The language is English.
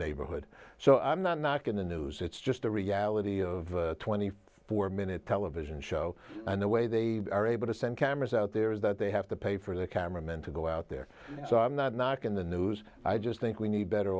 neighborhood so i'm not knocking the news it's just a reality of twenty four minute television show and the way they are able to send cameras out there is that they have to pay for the cameramen to go out there so i'm not knocking the news i just think we need better